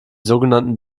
sogenannten